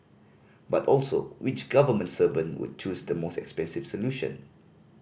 but also which government servant would choose the most expensive solution